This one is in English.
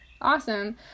Awesome